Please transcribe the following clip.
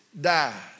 died